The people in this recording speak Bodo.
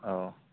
अ